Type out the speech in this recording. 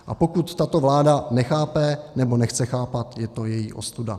A pokud tato vláda nechápe, nebo nechce chápat, je to její ostuda.